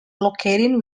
located